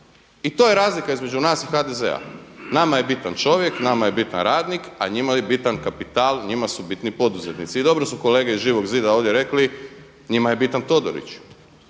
I to je razlika između nas i HDZ-a. Nama je bitan čovjek, nama je bitan radnik a njima je bitan kapital, njima su bitni poduzetnici. I dobro su kolege iz Živog zida ovdje rekli njima je bitan Todorić.